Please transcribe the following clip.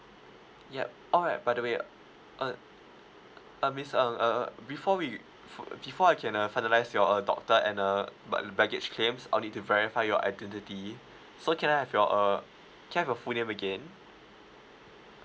yup oh by the way uh uh miss ng uh uh before we before I can uh finalise you're a doctor and uh but the baggage claims I'll need to verify your identity so can I have your uh can I have your full name again